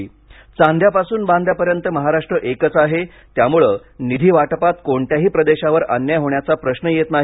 चांद्यापासून बांद्यापर्यंत महाराष्ट्र एकच आहे त्यामुळे निधीवाटपात कोणत्याही प्रदेशावर अन्याय होण्याचा प्रश्न येत नाही